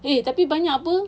eh tapi banyak [pe]